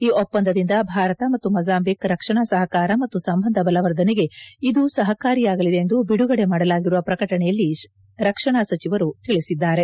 ಈ ಒಪ್ಪಂದದಿಂದ ಭಾರತ ಮತ್ತು ಮೊಜಾಂಬಿಕ್ ರಕ್ಷಣಾ ಸಹಕಾರ ಮತ್ತು ಸಂಬಂಧ ಬಲವರ್ಧನೆಗೆ ಇದು ಸಹಕಾರಿಯಾಗಲಿದೆ ಎಂದು ಬಿಡುಗಡೆ ಮಾಡಲಾಗಿರುವ ಪ್ರಕಟಣೆಯಲ್ಲಿ ರಕ್ಷಣಾ ಸಚಿವರು ತಿಳಿಸಿದ್ದಾರೆ